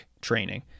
training